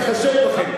הוא לא מתחשב בכם.